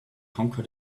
conquer